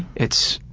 it's,